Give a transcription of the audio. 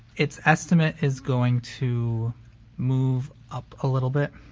its estimate is going to move up a little bit.